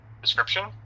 description